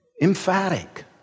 Emphatic